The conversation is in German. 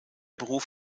beruf